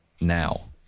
now